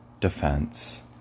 defense